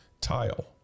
Tile